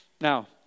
Now